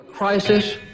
crisis